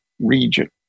region